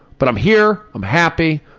but i'm here, i'm happy.